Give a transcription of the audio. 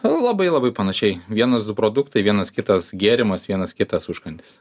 labai labai panašiai vienas du produktai vienas kitas gėrimas vienas kitas užkandis